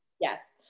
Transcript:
yes